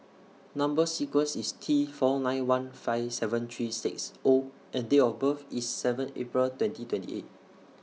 Number sequence IS T four nine one five seven three six O and Date of birth IS seven April twenty twenty eight